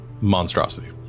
monstrosity